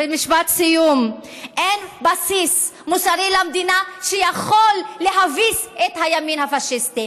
משפט סיום: אין בסיס מוסרי למדינה שיכול להביס את הימין הפשיסטי,